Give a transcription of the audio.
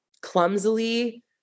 clumsily